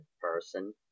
person